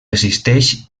resisteix